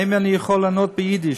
האם אני יכול לענות ביידיש?